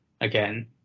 again